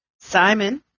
Simon